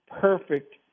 perfect